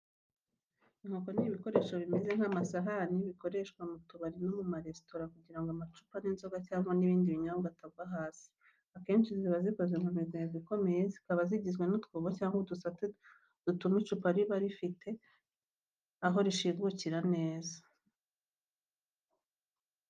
Inkoko ni ibikoresho bimeze nk’amasahani, bikoreshwa mu tubari no mu maresitora kugira ngo amacupa y’inzoga cyangwa ibindi binyobwa atagwa hasi. Akenshi ziba zikoze mu migwegwe ikomeye, zikaba zigizwe n’utwobo cyangwa udusate dutuma icupa riba rifite aho rishingukira neza.